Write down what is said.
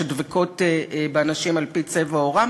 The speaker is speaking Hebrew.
שדבקות באנשים על-פי צבע עורם,